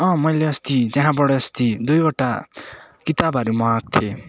अँ मैले अस्ति त्यहाँबाट अस्ति दुईवटा किताबहरू मगाएको थिएँ